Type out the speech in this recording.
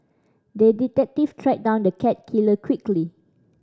the detective tracked down the cat killer quickly